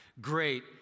great